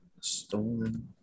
stolen